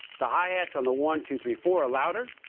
the hi-hats on the one, two, three, four are louder.